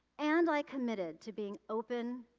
and i committed to being open,